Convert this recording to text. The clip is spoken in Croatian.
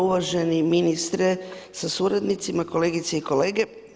Uvaženi ministre sa suradnicima, kolegice i kolege.